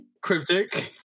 Cryptic